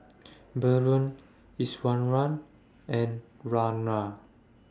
Bellur Iswaran and Ramnath